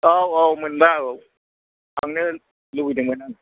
औ औ मोनबा औ थांनो लुगैदोंमोन आं